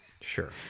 Sure